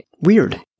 weird